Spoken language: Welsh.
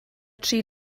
tri